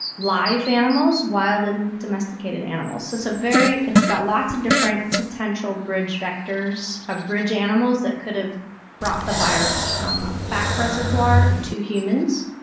live animals, wild and domesticated animals. so so it's got lots of different potential bridge vectors ah bridge animals that could've brought the virus from a bat reservoir to humans,